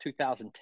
2010